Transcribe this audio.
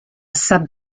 sub